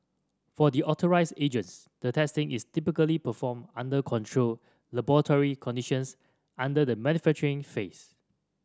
for the authorised agents the testing is typically performed under controlled laboratory conditions under the manufacturing phase